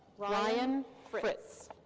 ryan fritz.